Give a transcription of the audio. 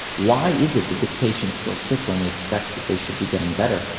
why is it that this patient is still sick when we expect that they should be getting better,